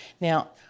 Now